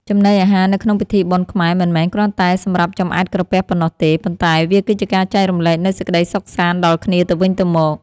ចំណីអាហារនៅក្នុងពិធីបុណ្យខ្មែរមិនមែនគ្រាន់តែសម្រាប់ចម្អែតក្រពះប៉ុណ្ណោះទេ ប៉ុន្តែវាគឺជាការចែករំលែកនូវសេចក្តីសុខសាន្តដល់គ្នាទៅវិញទៅមក។